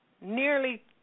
nearly